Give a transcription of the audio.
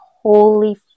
holy